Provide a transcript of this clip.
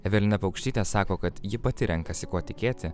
evelina paukštytė sako kad ji pati renkasi kuo tikėti